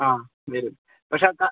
ആ വരും പക്ഷേ അത്